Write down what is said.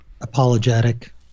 apologetic